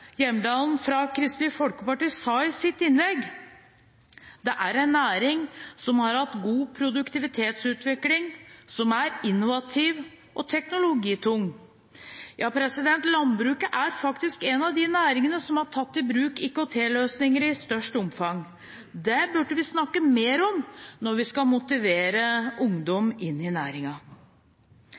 Hjemdal, fra Kristelig Folkeparti, var inne på i sitt innlegg: Dette er en næring som har hatt god produktivitetsutvikling, og som er innovativ og teknologitung. Landbruket er faktisk en av de næringene som har tatt i bruk IKT-løsninger i størst omfang. Det burde vi snakke mer om når vi skal motivere ungdom inn i